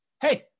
hey